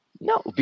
no